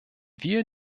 wir